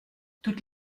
toutes